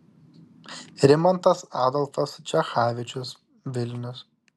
rimantas adolfas čechavičius vilnius